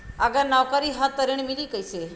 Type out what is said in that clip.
अगर नौकरी ह त ऋण कैसे मिली?